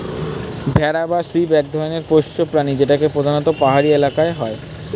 ভেড়া বা শিপ এক ধরনের পোষ্য প্রাণী যেটা প্রধানত পাহাড়ি এলাকায় হয়